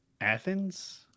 Athens